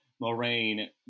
moraine